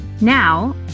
Now